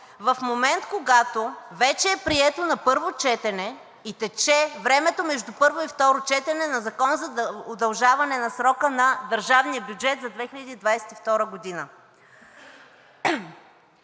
в момент, когато вече е приет на първо четене и тече времето между първо и второ четене на Закона за удължаване на срока за държавния бюджет за 2022 г.